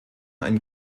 ein